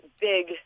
big